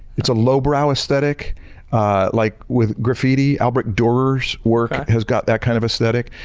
it's a low brow aesthetic like with graffiti. albrecht durer so work has got that kind of aesthetic.